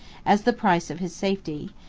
as the price of his safety,